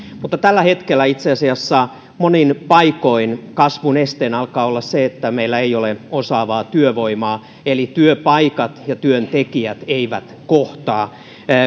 mutta tällä hetkellä itse asiassa monin paikoin kasvun esteenä alkaa olla se että meillä ei ole osaavaa työvoimaa eli työpaikat ja työntekijät eivät kohtaa